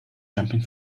jumping